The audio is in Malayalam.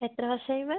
എത്ര വർഷമായി മാം